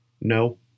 No